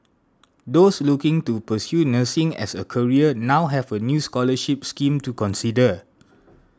those looking to pursue nursing as a career now have a new scholarship scheme to consider